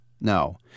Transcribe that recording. No